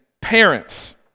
parents